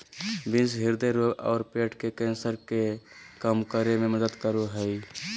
beans हृदय रोग आरो पेट के कैंसर के कम करे में मदद करो हइ